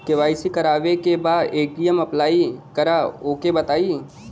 KYC करावे के बा ए.टी.एम अप्लाई करा ओके बताई?